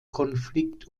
konflikt